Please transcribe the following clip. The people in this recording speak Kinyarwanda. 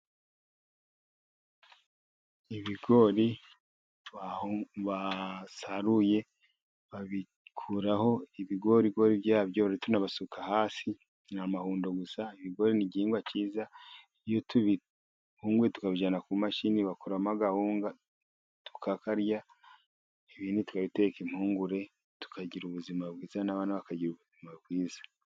Ibigori basaruye babikuraho ibigorigori byabyo, barabitonora basuka hasi ni amahundo gusa. Ibigori ni igihingwa cyiza, iyo tubihunguye tukabijyana ku mashini bakuramo akawunga tukakarya ibindi tukabiteka impungure, tukagira ubuzima bwiza n'abana bakagira ubuzima bwiza.